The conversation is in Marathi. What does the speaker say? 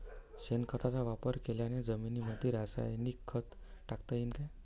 शेणखताचा वापर केलेल्या जमीनीमंदी रासायनिक खत टाकता येईन का?